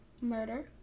murder